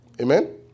Amen